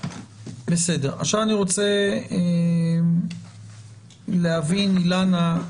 עכשיו אני רוצה להבין, אילנה,